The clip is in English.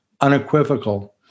unequivocal